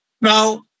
Now